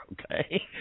okay